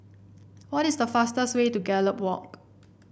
what is the fastest way to Gallop Walk